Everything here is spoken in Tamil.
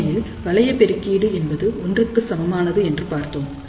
உண்மையில் வளைய பெருக்கீடு என்பது ஒன்றுக்கு சமமானது என்று பார்த்தோம்